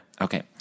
Okay